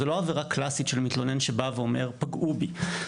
זו לא עבירה קלסית שבא מתלונן ואומר "פגעו בי".